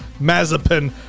Mazepin